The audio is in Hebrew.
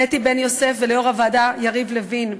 לאתי בן-יוסף וליושב-ראש הוועדה יריב לוין,